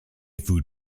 food